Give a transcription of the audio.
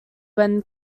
when